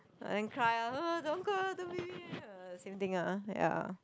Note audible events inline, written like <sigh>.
and cry ah don't cry <noise> ah same thing ah ya